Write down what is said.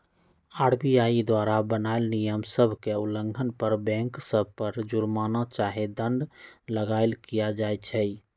RBI द्वारा बनाएल नियम सभ के उल्लंघन पर बैंक सभ पर जुरमना चाहे दंड लगाएल किया जाइ छइ